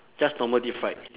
just normal deep fried